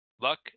luck